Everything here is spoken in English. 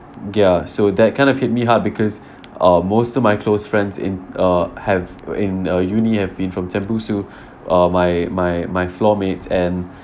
ya so that kind of hit me hard because uh most of my close friends in uh have uh in uh university have been from tembusu uh my my my floor mates and